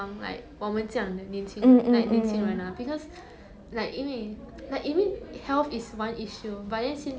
mm